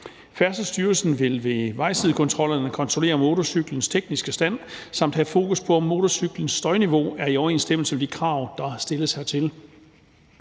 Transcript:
Færdselsstyrelsen vil ved vejsidekontrollerne kontrollere motorcyklens tekniske stand samt have fokus på, om motorcyklens støjniveau er i overensstemmelse med de krav, der stilles hertil.